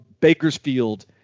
Bakersfield